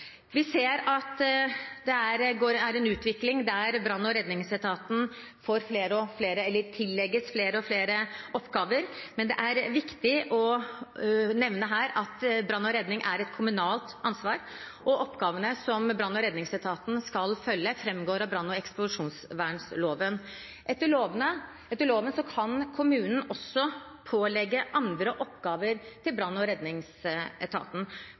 Vi ser en utvikling der brann- og redningsetaten tillegges flere og flere oppgaver, men det er viktig å nevne her at brann og redning er et kommunalt ansvar, og oppgavene som brann- og redningsetaten skal utføre, følger av brann- og eksplosjonsvernloven. Etter loven kan kommunen også pålegge brann- og redningsetaten